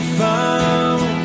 found